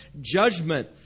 judgment